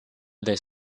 they